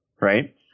right